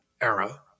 era